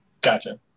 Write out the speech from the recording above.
Gotcha